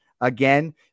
again